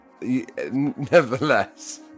nevertheless